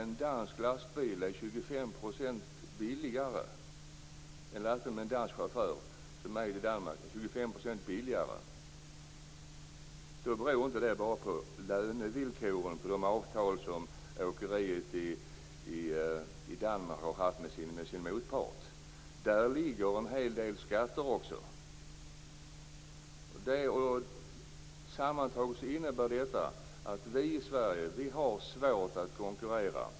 En dansk lastbil med en dansk chaufför som kör i Danmark är 25 % billigare att köra. Det beror inte bara på lönevillkoren i de avtal som åkeriet i Danmark har med sin motpart. Där ingår också en hel del skatter. Sammantaget innebär detta av vi i Sverige har svårt att konkurrera.